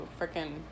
freaking